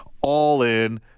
all-in